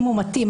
אם הוא מתאים,